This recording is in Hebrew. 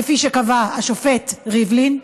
כפי שקבע השופט ריבלין,